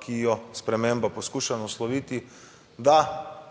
ki jo sprememba poskuša nasloviti, da